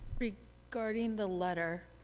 regarding the letter,